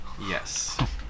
Yes